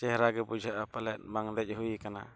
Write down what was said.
ᱪᱮᱦᱨᱟᱜᱮ ᱵᱩᱡᱷᱟᱹᱜᱼᱟ ᱯᱟᱪᱮᱱ ᱵᱟᱝ ᱫᱮᱡ ᱦᱩᱭ ᱟᱠᱟᱱᱟ